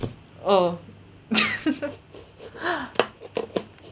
oh